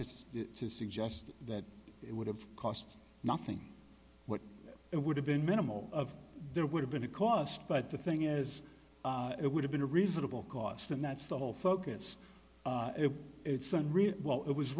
it to suggest that it would have cost nothing what it would have been minimal of there would have been a cost but the thing is it would have been a reasonable cost and that's the whole focus if it's unreal it was